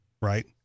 Right